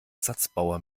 satzbauer